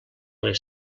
les